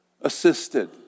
assisted